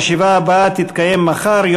הישיבה הבאה תתקיים מחר,